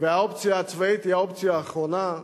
והאופציה הצבאית היא האופציה האחרונה.